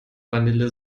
vanille